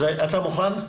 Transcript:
אז אתה מוכן?